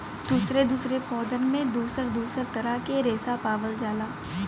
दुसरे दुसरे पौधन में दुसर दुसर तरह के रेसा पावल जाला